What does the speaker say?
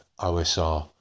OSR